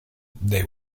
they